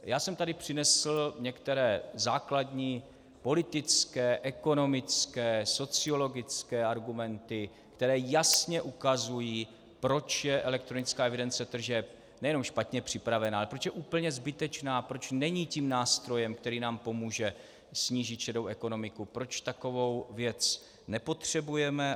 Já jsem tady přinesl některé základní politické, ekonomické, sociologické argumenty, které jasně ukazují, proč je elektronická evidence tržeb nejenom špatně připravena, ale proč je úplně zbytečná, proč není tím nástrojem, který nám pomůže snížit šedou ekonomiku, proč takovou věc nepotřebujeme.